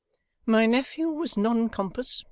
my nephew was non compos,